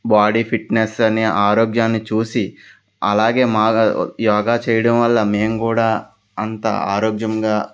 body fitness అని ఆరోగ్యాన్ని చూసి అలాగే మాగా యోగా చేయడం వల్ల మేము కూడా అంత ఆరోగ్యంగా